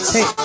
Hey